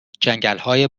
جنگلهای